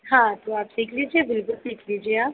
हाँ तो आप सीख लीजिए बिल्कुल सीख लीजिए आप